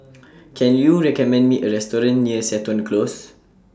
Can YOU recommend Me A Restaurant near Seton Close